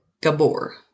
Gabor